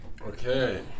Okay